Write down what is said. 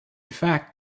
fact